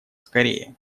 скорее